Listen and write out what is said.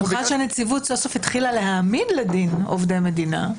ובמיוחד שהנציבות סוף סוף התחילה להעמיד לדין עובדי מדינה,